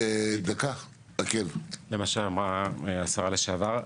משפט למה שאמרה השרה לשעבר.